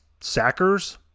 sackers